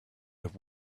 have